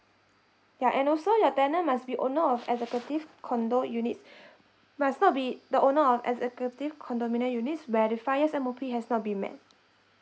ya and also your tenant must be owner of executive condo units must not be the owner of executive condominium units where the five years M_O_P has not been met